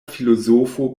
filozofo